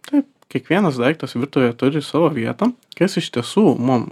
taip kiekvienas daiktas virtuvėje turi savo vietą kas iš tiesų mum